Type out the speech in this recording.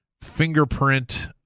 fingerprint